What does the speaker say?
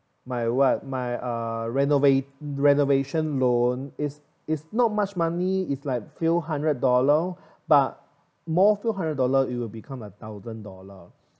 my what my uh renova~ renovation loan is is not much money is like few hundred dollar but more few hundred dollar you will become a thousand dollar